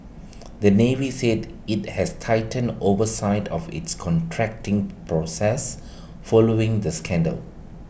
the navy said IT has tightened oversight of its contracting process following the scandal